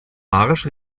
marsch